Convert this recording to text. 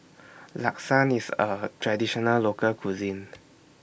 Lasagne IS A Traditional Local Cuisine